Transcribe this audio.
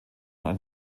ein